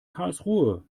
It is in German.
karlsruhe